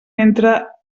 entra